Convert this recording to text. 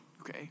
Okay